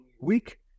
week